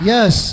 Yes